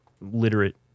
literate